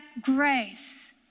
grace